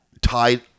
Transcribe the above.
tied